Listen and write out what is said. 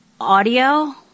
audio